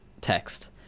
text